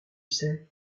sais